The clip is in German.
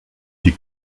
die